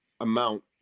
amount